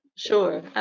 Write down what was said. Sure